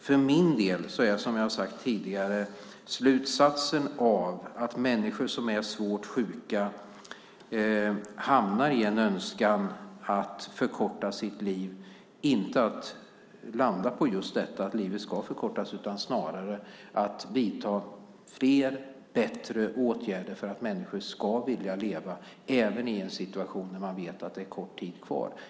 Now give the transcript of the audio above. För min del landar inte, som jag har sagt tidigare, slutsatsen av att människor som är svårt sjuka hamnar i en önskan att förkorta sina liv på att livet ska förkortas, utan snarare på att flera bättre åtgärder ska vidtas för att människor ska vilja leva även i en situation där de vet att det är kort tid kvar.